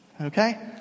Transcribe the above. Okay